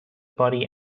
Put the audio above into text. body